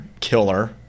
killer